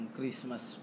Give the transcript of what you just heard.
Christmas